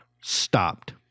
stopped